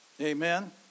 Amen